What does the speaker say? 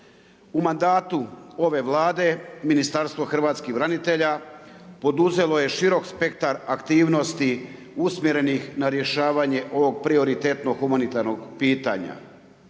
U mandatu ove Vlade Ministarstvo hrvatskih branitelja poduzelo je širok spektar aktivnosti usmjerenih na rješavanje ovog prioritetnog pitanja.